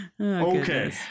Okay